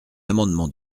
amendement